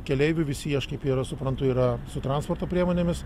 keleivių visi aš kaip ir suprantu yra su transporto priemonėmis